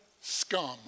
scum